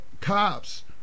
cops